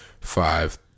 five